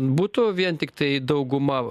būtų vien tiktai dauguma